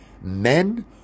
men